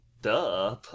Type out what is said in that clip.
Duh